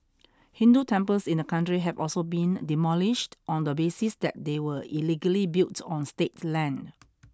Hindu temples in the country have also been demolished on the basis that they were illegally built on state land